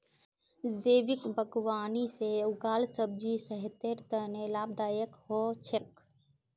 जैविक बागवानी से उगाल सब्जी सेहतेर तने लाभदायक हो छेक